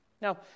Now